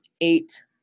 eight